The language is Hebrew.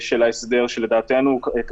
ואני חושב שהאופן והיחס שזה מתקבל בוועדה הוא טוב